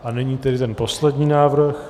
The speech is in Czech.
A nyní tedy ten poslední návrh.